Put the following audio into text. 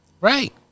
Right